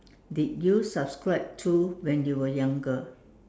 did you subscribe to when you were younger